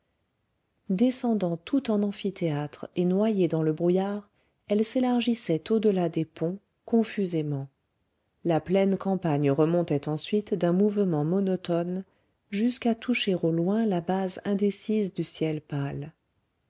descendant tout en amphithéâtre et noyée dans le brouillard elle s'élargissait au delà des ponts confusément la pleine campagne remontait ensuite d'un mouvement monotone jusqu'à toucher au loin la base indécise du ciel pâle